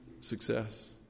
success